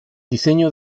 diseño